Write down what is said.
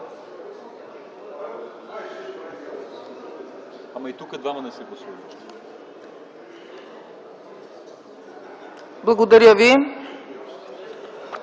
Благодаря Ви,